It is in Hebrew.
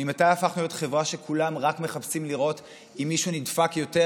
ממתי הפכנו להיות חברה שבה כולם רק מחפשים לראות אם מישהו נדפק יותר,